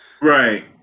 Right